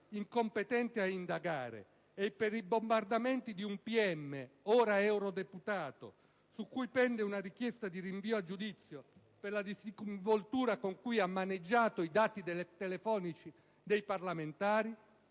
incompetente a indagare, e per i bombardamenti di un pubblico ministero, ora eurodeputato, su cui pende una richiesta di rinvio a giudizio per la disinvoltura con cui ha maneggiato i dati telefonici dei parlamentari;